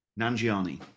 Nanjiani